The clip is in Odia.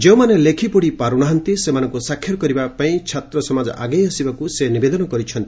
ଯେଉଁମାନେ ଲେଖିପଢ଼ି ପାରୁ ନାହାନ୍ତି ସେମାନଙ୍କୁ ସାକ୍ଷର କରିବା ପାଇଁ ଛାତ୍ର ସମାଜ ଆଗେଇ ଆସିବାକୁ ସେ ନିବେଦନ କରିଛନ୍ତି